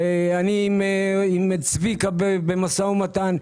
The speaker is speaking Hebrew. ואני נמצא עם צביקה במשא ומתן.